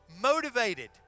motivated